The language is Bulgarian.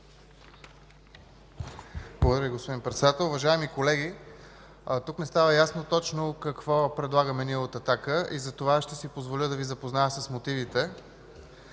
Благодаря Ви, господин Председател. Уважаеми колеги! Тук не става ясно точно какво предлагаме ние от „Атака”, и затова ще си позволя да Ви запозная с мотивите